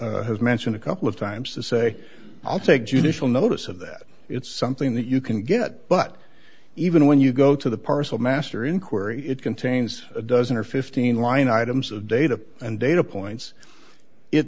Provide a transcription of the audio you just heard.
bres has mentioned a couple of times to say i'll take judicial notice of that it's something that you can get but even when you go to the parcel master inquiry it contains a dozen or fifteen line items of data and data points it